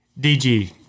DG